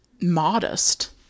modest